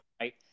right